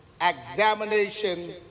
Examination